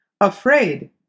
Afraid